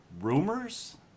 rumors